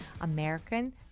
American